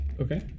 Okay